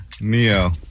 Neo